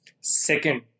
Second